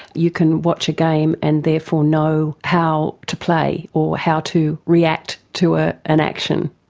you can watch a game and therefore know how to play or how to react to ah an action.